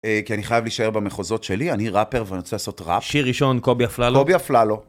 כי אני חייב להישאר במחוזות שלי, אני ראפר ואני רוצה לעשות ראפ. שיר ראשון, קובי אפללו. קובי אפללו.